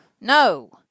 No